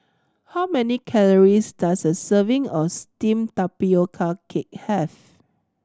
how many calories does a serving of steamed tapioca cake have